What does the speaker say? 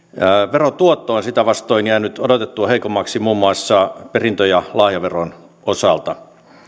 verotuotto on sitä vastoin jäänyt odotettua heikommaksi muun muassa perintö ja lahjaveron osalta